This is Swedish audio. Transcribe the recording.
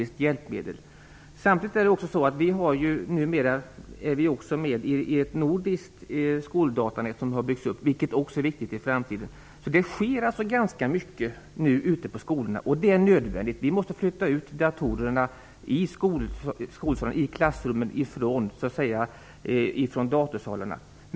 Samtidigt är vi nu också med i ett nordiskt skoldatanät som har byggts upp. Det är också viktigt i framtiden. Det sker ganska mycket ute på skolorna nu. Det är nödvändigt. Vi måste flytta ut datorerna från datasalarna och in i klassrummen.